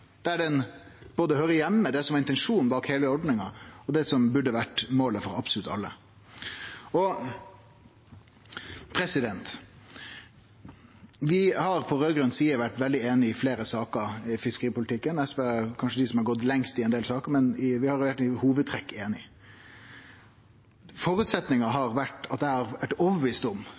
høyrer heime. Det var det som var intensjonen med heile ordninga, og det er det som burde ha vore målet for absolutt alle. Vi har på raud-grøn side vore veldig einige om fleire saker i fiskeripolitikken. SV er kanskje dei som har gått lengst i ein del saker, men vi har i hovudtrekk vore einige. Føresetnaden har vore at eg har vore overtydd om